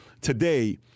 today